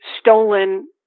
stolen